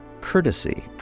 courtesy